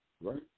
Right